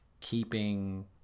keeping